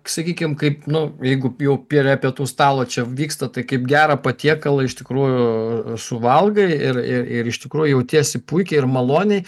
sakykim kaip nu jeigu jau prie pietų stalo čia vyksta tai kaip gerą patiekalą iš tikrųjų suvalgai ir ir ir iš tikrųjų jautiesi puikiai ir maloniai